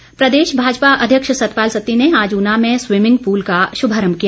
सत्ती प्रदेश भाजपा अध्यक्ष सतपाल सत्ती ने आज ऊना में स्वीमिंग पूल का श्भारंभ किया